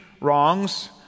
wrongs